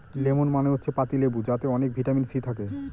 lemon মানে হচ্ছে পাতি লেবু যাতে অনেক ভিটামিন সি থাকে